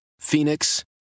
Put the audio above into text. phoenix